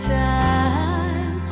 time